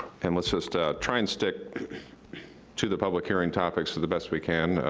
and let's just try and stick to the public hearing topics to the best we can,